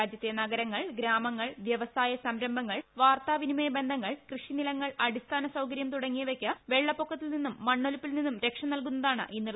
രാജ്യത്തെ നഗരങ്ങൾ ഗ്രാമങ്ങൾ വൃവസായ സംരംഭങ്ങൾ വാർത്താവിനിമയ ബന്ധങ്ങൾ കൃഷി നിലങ്ങൾ അടിസ്ഥാനസൌകര്യം തുടങ്ങിയവയ്ക്ക് വെള്ളപ്പൊക്കത്തിൽ നിന്നും മണ്ണൊലിപ്പിൽ നിന്നും രക്ഷ നൽകുന്നതാണ് ഈ നിർദ്ദേശംം